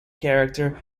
character